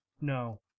No